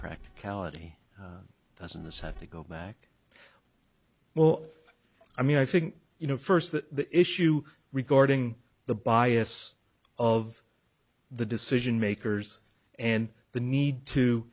practicality doesn't this have to go back well i mean i think you know first that issue regarding the bias of the decision makers and the need to